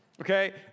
Okay